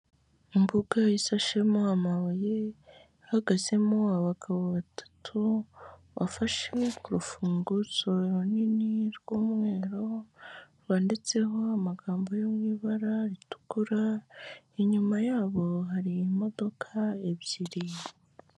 Imbuga isashemo amabuye, ihagazemo abagabo batatu bafashe ku rufunguzo runini rw'umweru rwanditseho amagambo yo mu ibara ritukura, inyuma yabo hari imodoka ebyiri.